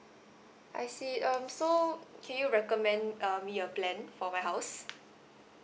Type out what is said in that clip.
I see um so can you recommend um your plan for my house